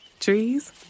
Trees